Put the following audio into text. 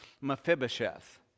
Mephibosheth